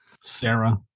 Sarah